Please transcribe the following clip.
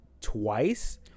twice